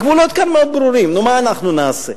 הגבולות כאן מאוד ברורים, נו, מה אנחנו נעשה?